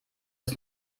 ist